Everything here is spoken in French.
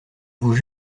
vous